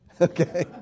Okay